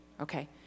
okay